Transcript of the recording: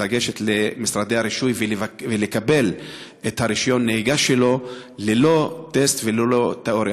לגשת למשרדי הרישוי ולקבל את רישיון הנהיגה שלו ללא טסט וללא תיאוריה.